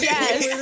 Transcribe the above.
Yes